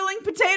potato